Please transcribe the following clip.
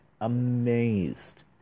amazed